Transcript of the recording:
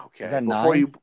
okay